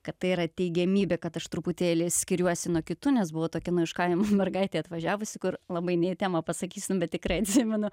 kad tai yra teigiamybė kad aš truputėlį skiriuosi nuo kitų nes buvau tokia nu iš kaimo mergaitė atvažiavusi kur labai ne į temą pasakysiu nu bet tikrai atsimenu